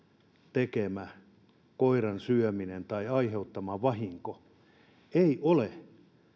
tekemä koiran syöminen tai aiheuttama vahinko ei ole